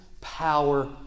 power